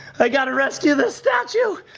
i've got to rescue this statue!